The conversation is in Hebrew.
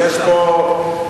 אורלי,